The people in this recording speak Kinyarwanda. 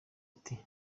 ati